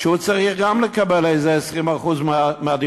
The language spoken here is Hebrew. שהוא צריך גם לקבל איזה 20% מהדירות?